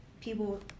people